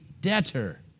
debtor